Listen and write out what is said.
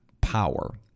power